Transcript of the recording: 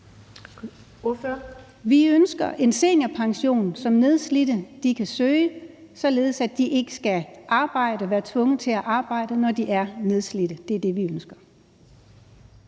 Vi ønsker en seniorpension, som nedslidte kan søge, således at de ikke skal arbejde og være tvunget til at arbejde, når de er nedslidte. Det er det, vi ønsker.